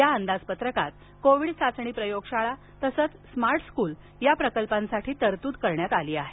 या अंदाजपत्रकात कोविड चाचणी प्रयोगशाळा तसंच स्मार्ट स्कूल या प्रकल्पासाठी तरतूद करण्यात आली आहे